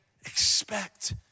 expect